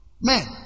Man